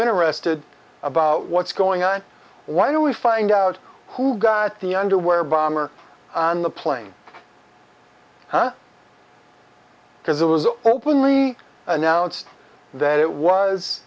interested about what's going on why don't we find out who got the underwear bomber on the plane because it was openly announced that it